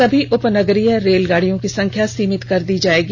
सभी उपनगरीय रेलगाड़ियां की संख्या सीमित कर दी जाएगी